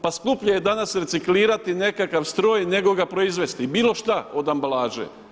Pa skuplje je danas reciklirati nekakav stroj nego ga proizvesti, bilo šta od ambalaže.